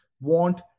want